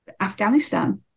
Afghanistan